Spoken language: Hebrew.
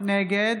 נגד